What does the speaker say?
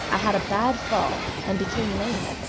i had a bad fall and became lame.